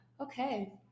Okay